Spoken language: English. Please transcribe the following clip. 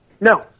No